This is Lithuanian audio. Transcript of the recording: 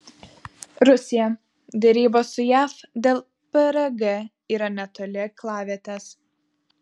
rusija derybos su jav dėl prg yra netoli aklavietės